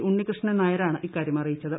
ഉണ്ണികൃഷ്ണൻ നായരാണ് ഇക്കാര്യം അറിയിച്ചത്